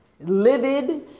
livid